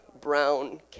brown